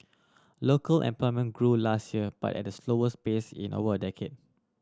local employment grew last year but at the slowest pace in over a decade